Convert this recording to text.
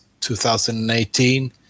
2018